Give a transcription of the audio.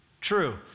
true